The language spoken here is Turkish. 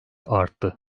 arttı